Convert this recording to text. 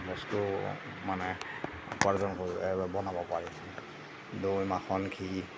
বস্তু মানে উপাৰ্জন কৰিব পাৰে বা বনাব পাৰে দৈ মাখন ঘিঁ